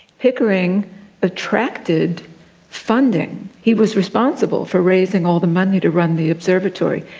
pickering attracted funding. he was responsible for raising all the money to run the observatory.